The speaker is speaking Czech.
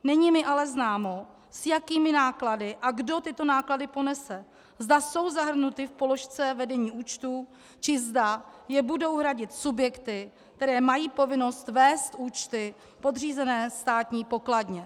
Není mi ale známo, s jakými náklady a kdo tyto náklady ponese, zda jsou zahrnuty v položce vedení účtů, či zda je budou hradit subjekty, které mají povinnost vést účty podřízené Státní pokladně.